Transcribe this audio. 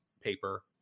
paper